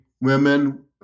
women